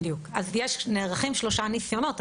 אז נערכים שלושה ניסיונות.